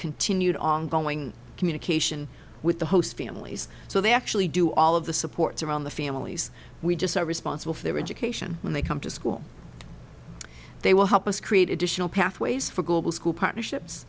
continued ongoing communication with the host families so they actually do all of the supports around the families we just are responsible for their education when they come to school they will help us create additional pathways for global school partnerships